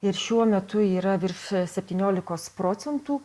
ir šiuo metu yra virš septyniolikos procentų